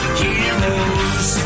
heroes